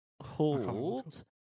called